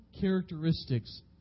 characteristics